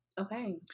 Okay